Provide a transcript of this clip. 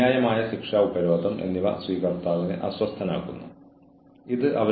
എന്ത് വില കൊടുത്തും വിജയിക്കാൻ അവരെ സഹായിക്കാനാണിത്